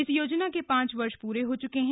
इस योजना के पांच वर्ष पूरे हो चुके हैं